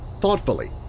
thoughtfully